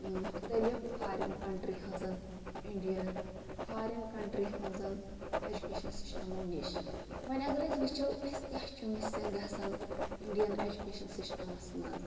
مُختَلَف foreign country ہٕنٛزَن Indian foreign country ہٕنٛزَن education سَسٹَمو نِش وۄنۍ اَگَر أسۍ وٕچھو اَسہِ کیاہ چھُ مِسِنٛگ گَژھان اِنڈیَن ایٚجُکیشَن سَسٹَمَس مَنٛز